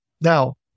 Now